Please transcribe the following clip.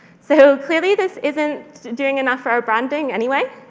so clearly, this isn't doing enough for our branding anyway.